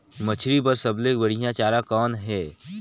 मछरी बर सबले बढ़िया चारा कौन हे?